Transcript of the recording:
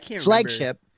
flagship